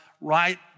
right